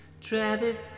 Travis